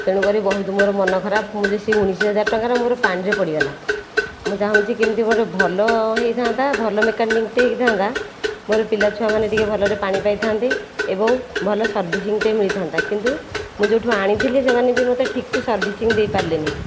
ତେଣୁକରି ବହୁତ ମୋର ମନ ଖରାପ ମୁଁ ଯଦି ସେ ଉଣେଇଶ ହଜାର ଟଙ୍କା ମୋର ପାଣିରେ ପଡ଼ିଗଲା ମୁଁ ଚାହୁଁଛି କେମିତି ଗୋଟିଏ ଭଲ ହୋଇଥାନ୍ତା ଭଲ ମେକାନିକ୍ଟିଏ ହୋଇଥାନ୍ତା ମୋର ପିଲାଛୁଆମାନେ ଟିକିଏ ଭଲରେ ଟିକିଏ ପାଣି ପାଇଥାନ୍ତେ ଏବଂ ଭଲ ସର୍ଭିସିଂଟିଏ ମିଳିଥାନ୍ତା କିନ୍ତୁ ମୁଁ ଯେଉଁଠାରୁ ଆଣିଥିଲି ସେମାନେ ବି ମୋତେ ଠିକସେ ସର୍ଭିସିଂ ଦେଇପାରିଲେନି